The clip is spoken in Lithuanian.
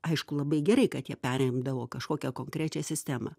aišku labai gerai kad jie perimdavo kažkokią konkrečią sistemą